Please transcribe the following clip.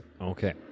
Okay